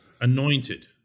anointed